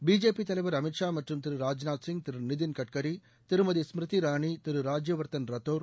BJP தலைவர் அமீத் ஷா மற்றும் திரு ராஜ்நாத் சிங் திரு நிதின்கட்கரி திருமதி ஸ்மிருதி இராணி திரு ராஜ்பவர்தன் ரத்தோர்